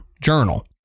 journal